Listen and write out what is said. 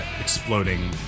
exploding